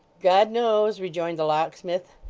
god knows rejoined the locksmith,